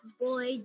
boy